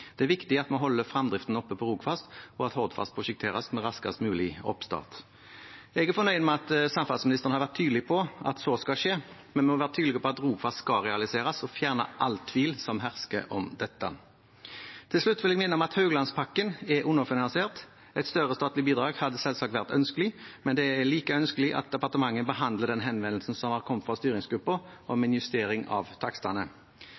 Det er viktig at vi holder fremdriften oppe på Rogfast, og at Hordfast prosjekteres med raskest mulig oppstart. Jeg er fornøyd med at samferdselsministeren har vært tydelig på at så skal skje, men vi må være tydelige på at Rogfast skal realiseres – og fjerne all tvil som hersker om dette. Til slutt vil jeg minne om at Haugalandspakken er underfinansiert. Et større statlig bidrag hadde selvsagt vært ønskelig, men det er like ønskelig at departementet behandler den henvendelsen som har kommet fra styringsgruppen om en justering av takstene.